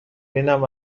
اینم